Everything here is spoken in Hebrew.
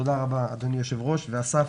תודה רבה אדוני היו"ר ואסף,